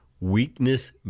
Weakness